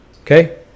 okay